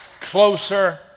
closer